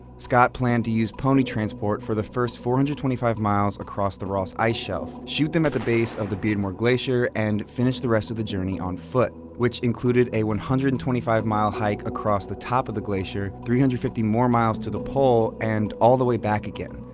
scott planned to use pony transport for the first four hundred and twenty five miles across the ross ice shelf, shoot them at the base of the beardmore glacier, and finish the rest of the journey on foot. which included a one hundred and twenty five mile hike across the top of the glacier, three hundred and fifty more miles to the pole, and all the way back again,